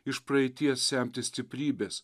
iš praeities semtis stiprybės